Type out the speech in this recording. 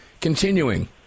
Continuing